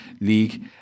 League